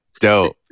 dope